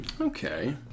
okay